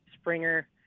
Springer